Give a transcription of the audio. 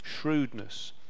shrewdness